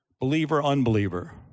believer-unbeliever